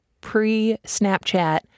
pre-Snapchat